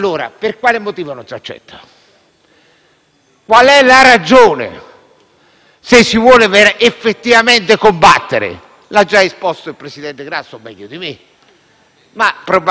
Qual è la ragione, se si vuole effettivamente combattere la mafia? L'ha già esposto il presidente Grasso meglio di me, ma probabilmente siete stati disattenti;